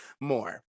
more